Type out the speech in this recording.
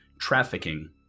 trafficking